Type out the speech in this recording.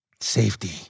Safety